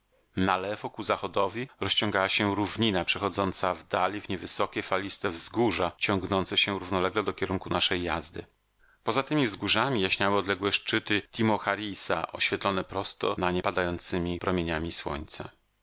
ku zachodowi rozciągała się równina przechodząca w dali w niewysokie faliste wzgórza ciągnące się równolegle do kierunku naszej jazdy poza temi wzgórzami jaśniały odległe szczyty timocharisa oświetlone prosto na nie padającemi promieniami słońca